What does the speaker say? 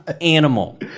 animal